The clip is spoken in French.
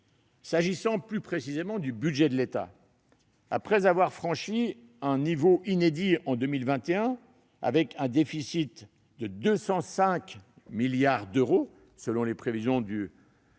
S'agissant plus précisément du budget de l'État, après un niveau inédit en 2021, avec un déficit de 205 milliards d'euros, selon les prévisions du projet